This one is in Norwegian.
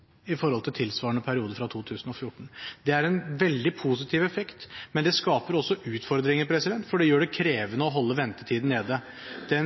i forhold til tilsvarende periode fra 2014. Det er en veldig positiv effekt, men det skaper også utfordringer, for det gjør det krevende å holde ventetiden nede. Den